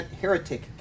heretic